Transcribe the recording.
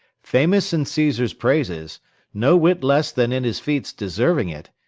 famous in caesar's praises no whit less than in his feats deserving it,